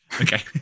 Okay